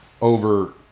over